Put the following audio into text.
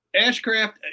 Ashcraft